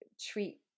treat